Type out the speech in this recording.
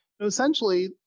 Essentially